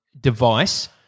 device